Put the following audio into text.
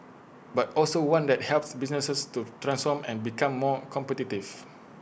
but also one that helps businesses to transform and become more competitive